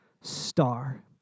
Star